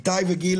וגיל